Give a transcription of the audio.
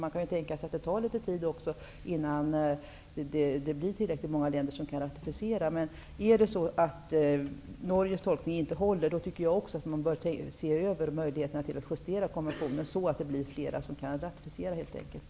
Man kan tänka sig att det tar litet tid innan det blir tillräckligt många länder som kan ratificera. Men om Norges tolkning inte håller, då tycker jag också att man bör se över möjligheterna att justera konventionen så att det helt enkelt blir fler länder som kan ratificera den.